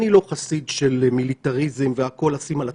אני לא חסיד של מיליטריזם והכול לשים על הצבא.